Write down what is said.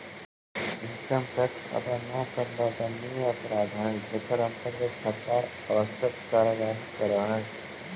income tax अदा न करला दंडनीय अपराध हई जेकर अंतर्गत सरकार आवश्यक कार्यवाही करऽ हई